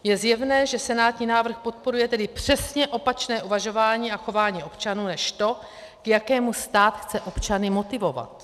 Je zjevné, že senátní návrh podporuje tedy přesně opačné uvažování a chování občanů než to, k jakému stát chce motivovat.